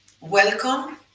Welcome